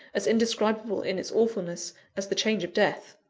as indescribable in its awfulness as the change of death.